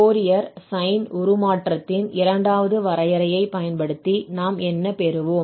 Fourier sine உருமாற்றத்தின் இரண்டாவது வரையறையைப் பயன்படுத்தி நாம் என்ன பெறுவோம்